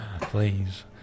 please